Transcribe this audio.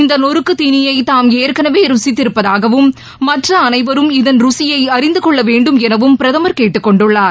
இந்த நொருக்கு தீனியை தாம் ஏற்களவே ருசித்திருப்பதாகவும் மற்ற அனைவரும் இதன் ருசியை அறிந்துகொள்ள வேண்டும் எனவும் பிரதமர் கேட்டுக்கொண்டுள்ளார்